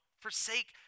forsake